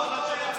מיקי,